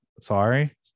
sorry